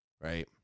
right